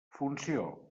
funció